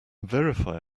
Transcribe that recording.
verify